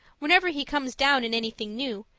whenever he comes down in anything new,